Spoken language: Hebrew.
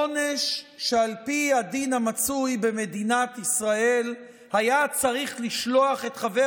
עונש שעל פי הדין המצוי במדינת ישראל היה צריך לשלוח את חבר